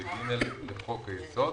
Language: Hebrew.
ו-(ג) לחוק היסוד: